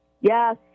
Yes